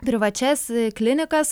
privačias klinikas